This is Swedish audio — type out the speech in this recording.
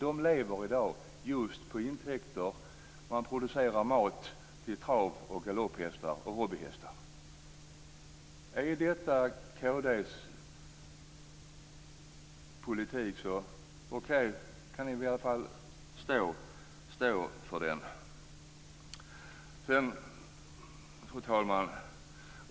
De lever i dag just på intäkter från produktion av mat till trav-, galopp och hobbyhästar. Är detta kd:s politik kan ni väl i alla fall stå för den. Fru talman!